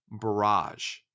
Barrage